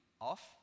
off